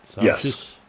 yes